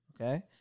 Okay